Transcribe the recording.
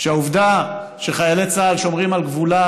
שהעובדה שחיילי צה"ל שומרים על גבולה